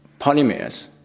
polymers